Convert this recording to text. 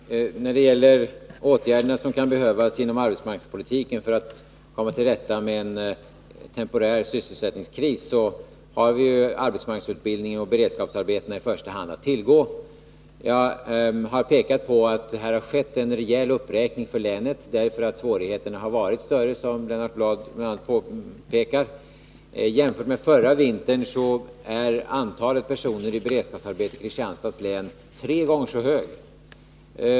Herr talman! När det gäller de åtgärder som kan behövas inom arbetsmarknadspolitiken för att komma till rätta med en temporär sysselsättningskris har vi i första hand arbetsmarknadsutbildning och beredskapsarbete att tillgå. Jag har pekat på att det har skett en rejäl uppräkning för länet, därför att svårigheterna har varit större än på andra håll, som bl.a. Lennart Bladh påpekat. Jämfört med förra vintern är antalet personer i beredskapsarbete i Kristianstads län tre gånger så högt.